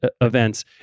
events